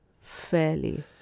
fairly